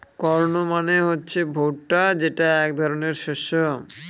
corn মানে হচ্ছে ভুট্টা যেটা এক ধরনের শস্য